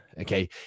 okay